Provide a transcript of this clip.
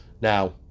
Now